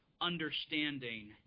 understanding